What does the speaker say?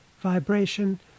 vibration